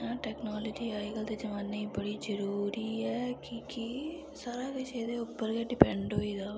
इयां टैकनॉलजी अज कल दे जमाने च बड़ी जरूरी ऐ की के सारा किश गै एह्दे पर डिपैंड होई गेदा